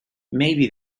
maybe